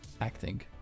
acting